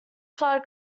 flood